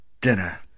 dinner